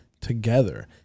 together